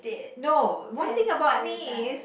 no one thing about me is